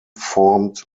formed